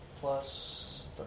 plus